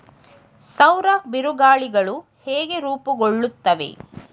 ಸೌರ ಬಿರುಗಾಳಿಗಳು ಹೇಗೆ ರೂಪುಗೊಳ್ಳುತ್ತವೆ?